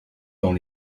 dans